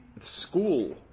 school